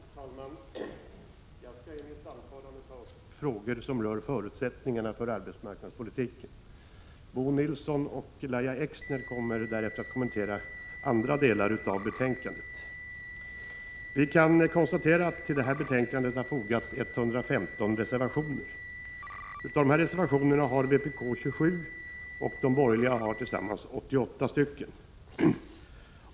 Herr talman! Jag skall i mitt anförande ta upp frågor som rör förutsättningarna för arbetsmarknadspolitiken. Bo Nilsson och Lahja Exner kommer därefter att kommentera andra delar av betänkandet. Vi kan konstatera att det till det här betänkandet har fogats 115 reservationer. Av reservationerna har vpk 27 och de borgerliga tillsammans 88.